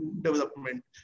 development